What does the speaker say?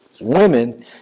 women